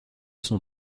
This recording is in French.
son